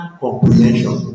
comprehension